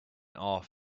off